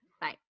Bye